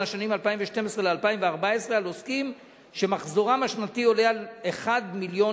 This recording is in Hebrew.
השנים 2012 ל-2014 על עוסקים שמחזורם השנתי עולה על מיליון